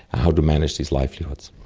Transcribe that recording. how to manage these livelihoods.